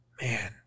Man